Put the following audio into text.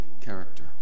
character